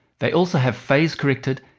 they also have phase corrected,